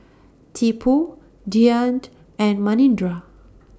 Tipu Dhyan and Manindra